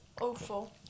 awful